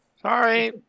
Sorry